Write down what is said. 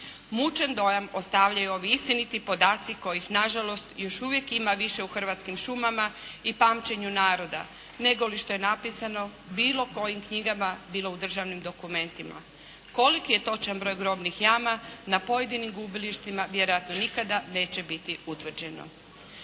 "Mučan dojam ostavljaju ovi istiniti podaci kojih nažalost još uvijek ima više u hrvatskim šumama i pamćenju naroda, negoli što je napisano bilo kojim knjigama, bilo u državnim dokumentima. Koliki je točan broj grobnih jama na pojedinim gubilištima, vjerojatno nikada neće biti utvrđeno.".